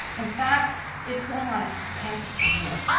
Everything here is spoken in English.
in fact it's going on it's tenth year.